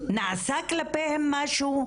נעשה כלפיהם משהו.